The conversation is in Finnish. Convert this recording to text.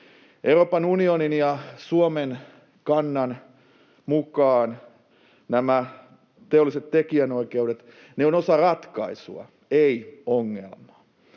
Euroopan unionin ja Suomen kannan mukaan nämä teolliset tekijänoikeudet ovat osa ratkaisua, ei ongelmaa.